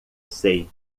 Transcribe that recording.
sei